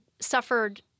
suffered